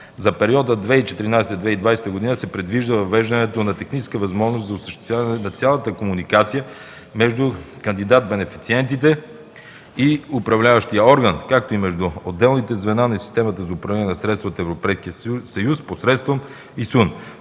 За периода 2014-2020 г. се предвижда въвеждането на техническа възможност за осъществяване на цялата комуникация между кандидат-бенефициентите и управляващия орган, както и между отделните звена на системата за